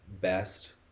best